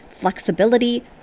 flexibility